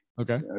okay